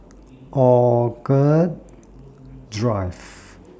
Orchid Drive